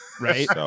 right